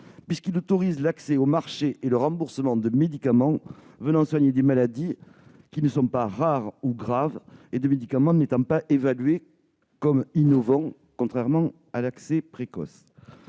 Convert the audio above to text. puisqu'il autorise l'accès au marché et le remboursement de médicaments venant soigner des maladies qui ne sont pas rares ou graves et de médicaments n'étant pas évalués comme innovants, contrairement aux exigences